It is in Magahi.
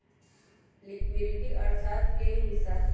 लिक्विडिटी अर्थशास्त्र के ही हिस्सा हई